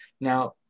now